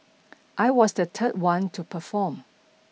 I was the third one to perform